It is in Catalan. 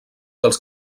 dels